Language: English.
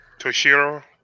Toshiro